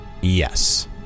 Yes